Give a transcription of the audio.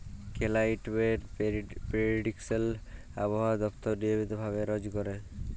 climate prediction আবহাওয়া দপ্তর নিয়মিত ভাবে রজ ক্যরে